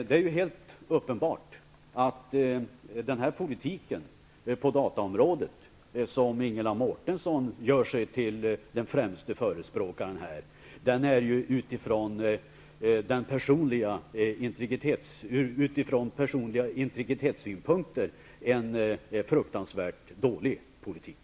Det är helt uppenbart att politiken på dataområdet, som Ingela Mårtensson gör sig till den främsta förespråkaren för, är från integritetssynpunkt en fruktansvärt dålig politik.